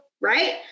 right